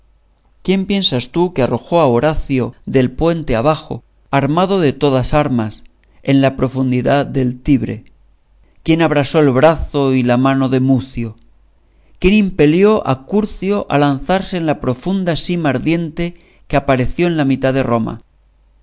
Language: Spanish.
quién piensas tú que arrojó a horacio del puente abajo armado de todas armas en la profundidad del tibre quién abrasó el brazo y la mano a mucio quién impelió a curcio a lanzarse en la profunda sima ardiente que apareció en la mitad de roma